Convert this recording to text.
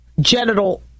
genital